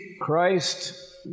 Christ